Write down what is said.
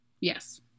Yes